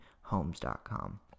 homes.com